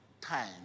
time